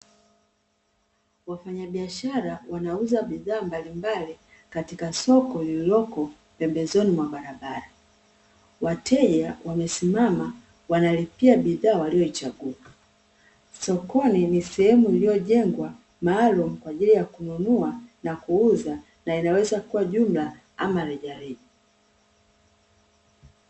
Wafanya biashara wanauza bidhaa mbalimbali katika soko lililoko pembezoni mwa barabara. Wateja wamesimama, wanalipia bidhaa waliyoichagua. Sokoni ni sehemu iliyojengwa maalumu kwa ajili ya kununua na kuuza, na inawezakuwa jumla, ama rejareja.